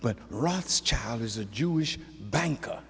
but roth's child is a jewish banker